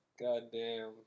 goddamn